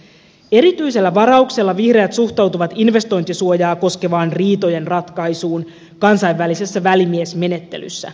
erityisellä varauksella vihreät suhtautuvat investointisuojaa koskevaan riitojen ratkaisuun kansainvälisessä välimiesmenettelyssä